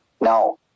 Now